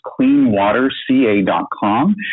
cleanwaterca.com